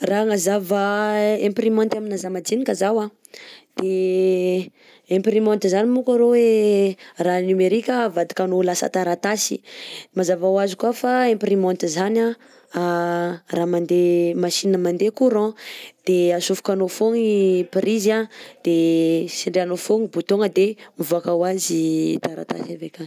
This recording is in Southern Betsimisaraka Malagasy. Raha agnazava imprimante amina zamadinika zaho a de imprimante zany moko arao hoe raha numérique avadikanao ho lasa taratasy, mazava ho azy koà fa imprimante zany a raha mandeha machine mandeha courant, de atsofokanao fogna prise de tsindrianao fogna bouton de mivoaka ho azy taratasy avy akagny.